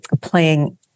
playing